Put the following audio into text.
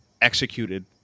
executed